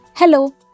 Hello